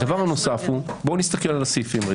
הדבר הנוסף בואו נסתכל על הסעיפים,